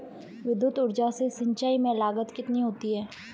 विद्युत ऊर्जा से सिंचाई में लागत कितनी होती है?